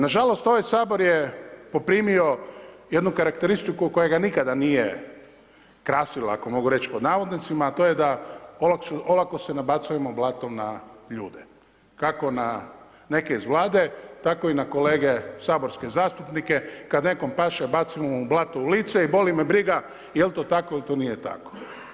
Nažalost, ovaj Sabor je poprimio jednu karakteristiku kojega nikada nije krasila, ako mogu reći pod navodnicima, a to je da olako se nabacujemo blatom na ljude, kako na neke iz Vlade, tako i na kolege saborske zastupnike, kad nekome paše bacimo mu blato u lice i boli me briga jel to tako il to nije tako.